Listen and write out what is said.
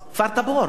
כפר-תבור.